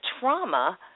trauma